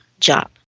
job